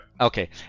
okay